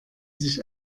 sich